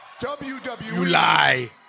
WWE